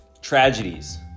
tragedies